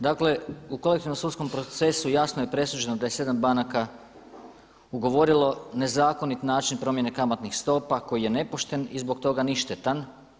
Dakle u kolektivnom sudskom procesu jasno je presuđeno da je 7 banaka ugovorilo nezakonit način promjene kamatnih stopa koji je nepošten i zbog toga ništetan.